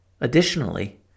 Additionally